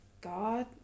God